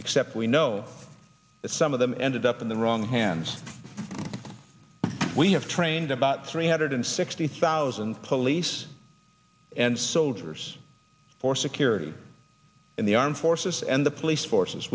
except we know that some of them ended up in the wrong hands we have trained about three hundred sixty thousand police and soldiers for security in the armed forces and the police forces